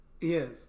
Yes